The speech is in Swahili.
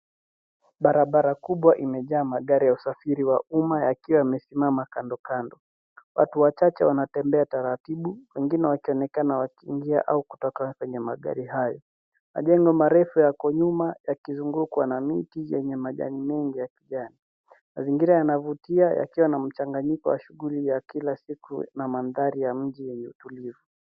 Barabara kubwa imejaa magari ya usafiri wa umma yakiwa yamesimama kandokando. Watu wachache wanatembea taratibu, wengine wakionekana wakiingia au kutoka kwenye magari hayo. Majengo marefu yako nyuma yakizungukwa na miti yenye majani mengi ya kijani. Mazingira yanavutia yakiwa na mchanganyiko wa skuli ya kila siku na mandhari yenye utulivu.